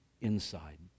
inside